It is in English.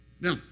Now